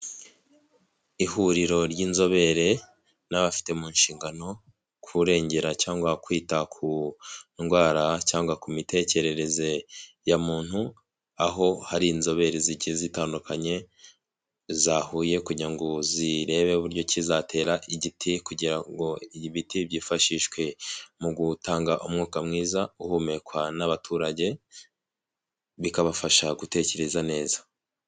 Ihuriro ry'inzobere n'abafite mu nshingano kurengera cyangwa kwita ku ndwara cyangwa ku mitekerereze ya muntu, aho hari inzobere zigiye zitandukanye, zahuye kugira ngo zirebe uburyo ki zatera igiti kugira ngo ibiti byifashishwe mu gutanga umwuka mwiza uhumekwa n'abaturage, bikabafasha gutekereza neza.